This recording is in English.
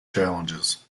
challenges